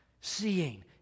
seeing